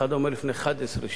אחר אומר לי: לפני 11 שנים.